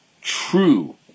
True